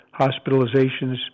hospitalizations